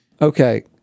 Okay